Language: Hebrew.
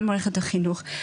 גם מערכת החינוך,